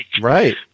right